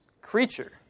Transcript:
creature